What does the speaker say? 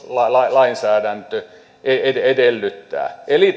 lainsäädäntö edellyttää eli